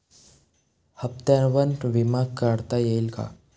हप्त्यांवर विमा काढता येईल का?